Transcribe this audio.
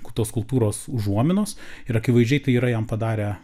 tos kultūros užuominos ir akivaizdžiai tai yra jam padarę